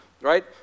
right